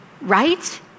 right